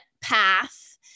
path